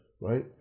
right